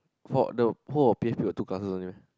four no whole of P_A_P got two classes only meh